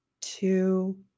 two